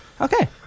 Okay